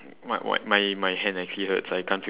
my my my hand actually hurts I can't